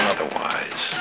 Otherwise